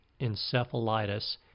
encephalitis